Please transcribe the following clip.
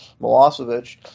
Milosevic